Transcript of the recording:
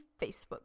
Facebook